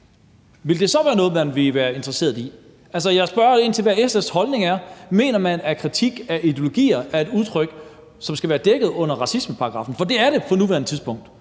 Ville det så være noget, man ville være interesseret i? Altså, jeg spørger ind til, hvad SF's holdning er: Mener man, at kritik af ideologier er et begreb, som skal være omfattet af racismeparagraffen? For det er det nemlig på nuværende tidspunkt.